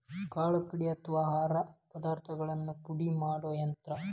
ಕಾಳು ಕಡಿ ಅಥವಾ ಆಹಾರ ಪದಾರ್ಥಗಳನ್ನ ಪುಡಿ ಮಾಡು ಯಂತ್ರ